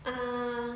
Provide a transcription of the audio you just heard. ah